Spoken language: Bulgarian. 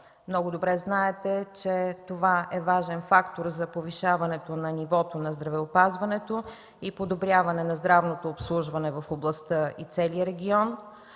Много добре знаете, че това е важен фактор за повишаване на нивото на здравеопазването и подобряване на здравното обслужване в областта и целия регион.